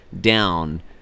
down